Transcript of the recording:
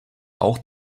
auch